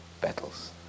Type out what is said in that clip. battles